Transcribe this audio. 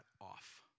off